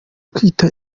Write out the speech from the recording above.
kwita